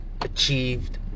Achieved